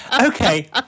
Okay